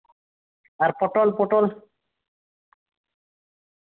ᱟᱨ ᱯᱚᱴᱚᱞ ᱯᱚᱴᱚᱞ